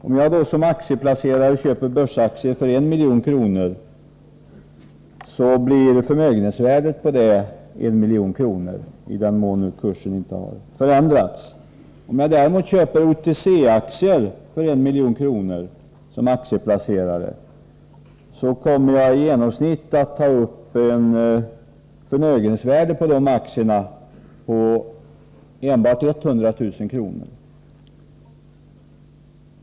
Om jag såsom aktieplacerare köper börsaktier för 1 milj.kr., blir deras förmögenhetsvärde 1 milj.kr. i den mån kurserna inte har förändrats. Om jag såsom aktieplacerare däremot köper OTC-aktier för 1 milj.kr., behöver jag i genomsnitt ta upp ett förmögenhetsvärde för dessa aktier på enbart 100000 kr.